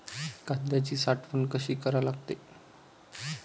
कांद्याची साठवन कसी करा लागते?